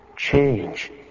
Change